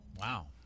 Wow